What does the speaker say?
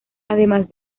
además